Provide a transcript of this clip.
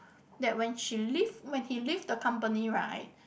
that when she leave when he leave the company right